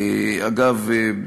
אגב,